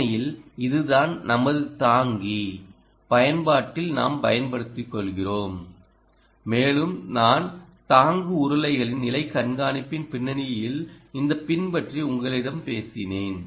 உண்மையில் இதுதான் நமது தாங்கி பயன்பாட்டில் நாம் பயன்படுத்திக் கொள்கிறோம் மேலும் நான் தாங்கு உருளைகளின் நிலை கண்காணிப்பின் பின்னணியில் இந்த பின் பற்றி உங்களிடம் பேசினேன்